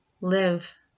live